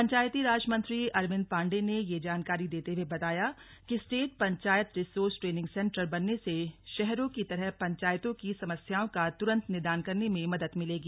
पंचायतीराज मंत्री अरविन्द पाण्डेय ने जानकारी देते हुए बताया कि state panchayat resource training centre बनने से शहरों की तरह पंचायतों की समस्याओं का तुरंत निदान करने में मदद मिलेगी